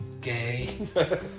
Gay